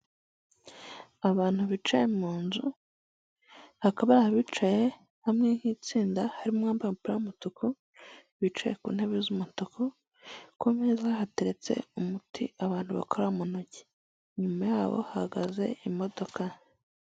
Inzu mberabyombi ubona ko irimo abantu benshi higanjemo abantu bakuze ndetse n'urubyiruko, ariko hakaba harimo n'abayobozi, ukaba ureba ko bose bateze amatwi umuntu uri kubaha ikiganiro kandi, buri wese imbere ye hakaba hari icupa ry'amazi. Hakaba harimo n'umuntu uhagaze inyuma wambaye impuzankano y'umukara.